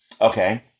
Okay